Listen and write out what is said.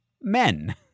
men